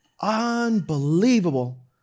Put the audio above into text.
Unbelievable